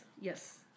Yes